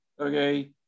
okay